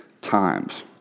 times